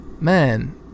Man